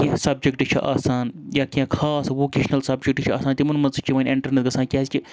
کینٛہہ سَبجَکٹ چھُ آسان یا کینٛہہ خاص ووکیشنَل سبجَکٹ چھِ آسان تِمَن منٛز تہِ چھِ وۄنۍ اینٹَرنِس گژھان کیازِکہِ